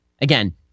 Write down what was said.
Again